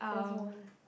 that's one